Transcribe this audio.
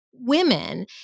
women